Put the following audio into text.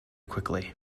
quickly